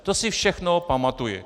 To si všechno pamatuji.